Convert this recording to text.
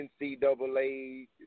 NCAA